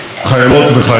מכובדיי.